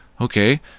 Okay